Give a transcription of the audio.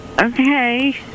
Okay